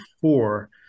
four